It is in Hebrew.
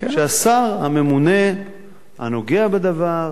שהשר הממונה הנוגע בדבר,